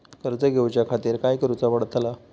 कर्ज घेऊच्या खातीर काय करुचा पडतला?